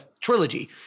trilogy